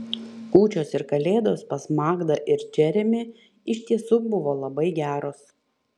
kūčios ir kalėdos pas magdą ir džeremį iš tiesų buvo labai geros